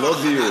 זה לא הדיון.